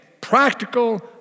practical